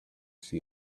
see